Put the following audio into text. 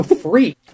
Free